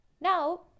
now